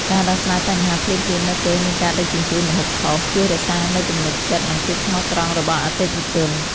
ការដោះស្រាយបញ្ហាភ្លាមៗនៅពេលមានការដឹកជញ្ជូនម្ហូបខុស ជួយរក្សានូវទំនុកចិត្តនិងភាពស្មោះត្រង់របស់អតិថិជន។